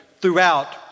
throughout